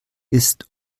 ist